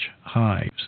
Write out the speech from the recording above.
hives